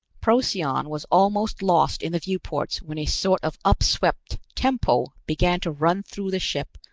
procyon was almost lost in the viewports when a sort of upswept tempo began to run through the ship,